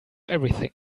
everything